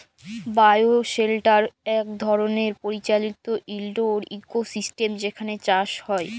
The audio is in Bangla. বায়োশেল্টার ইক ধরলের পরিচালিত ইলডোর ইকোসিস্টেম যেখালে চাষ হ্যয়